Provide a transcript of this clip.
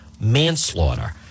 manslaughter